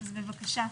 בבקשה.